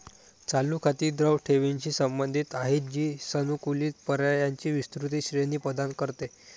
चालू खाती द्रव ठेवींशी संबंधित आहेत, जी सानुकूलित पर्यायांची विस्तृत श्रेणी प्रदान करते